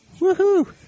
Woohoo